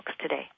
today